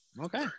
Okay